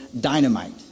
dynamite